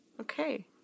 okay